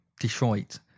Detroit